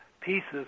pieces